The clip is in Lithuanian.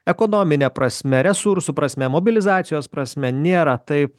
ekonomine prasme resursų prasme mobilizacijos prasme nėra taip